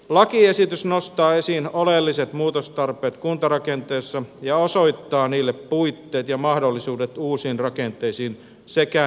lakiesitys nostaa esiin oleelliset muutostarpeet kuntarakenteessa ja osoittaa niille puitteet ja mahdollisuudet uusiin rakenteisiin sekä niille suunnan